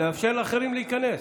לאפשר לאחרים להיכנס.